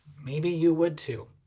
maybe you would, too.